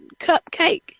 cupcake